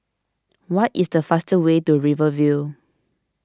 what is the fastest way to Rivervale